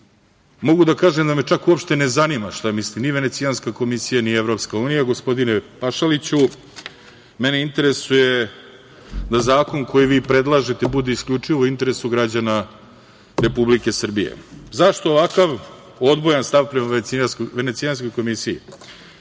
EU.Mogu da kažem da me ne zanima ni Venecijanska komisija ni EU, gospodine Pašaliću, mene interesuje da zakon koji vi predlažete bude isključivo u interesu građana Republike Srbije.Zašto ovakav odbojan stav prema Venecijanskoj komisiji?